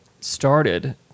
started